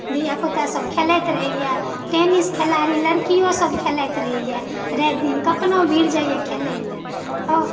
धियापुता सभ खेलैत रहैया टेनिस खिलाड़ी लड़कियो सब खेलैत रहैया राति दिन कखनो भिर जाइया खेलेलए आउ